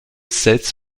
sets